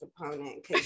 opponent